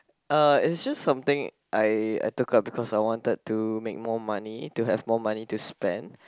uh it's just something I I took up because I wanted to make more money to have more money to spend